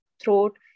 throat